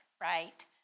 right